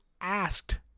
asked